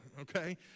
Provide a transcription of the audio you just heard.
okay